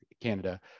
Canada